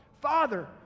Father